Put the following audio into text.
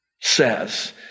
says